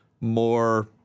more